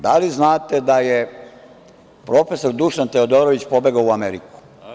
Da li znate da je prof. Dušan Teodorović pobegao u Ameriku?